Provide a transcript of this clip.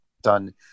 done